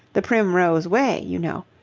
the primrose way you know.